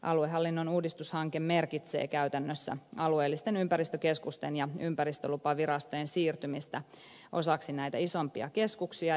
aluehallinnon uudistushanke merkitsee käytännössä alueellisten ympäristökeskusten ja ympäristölupavirastojen siirtymistä osaksi näitä isompia keskuksia